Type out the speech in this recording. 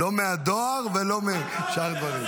לא מהדואר ולא משאר הדברים.